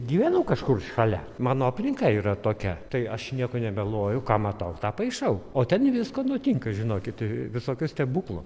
gyvenu kažkur šalia mano aplinka yra tokia tai aš nieko nemeluoju ką matau tą paišau o ten visko nutinka žinokit visokių stebuklų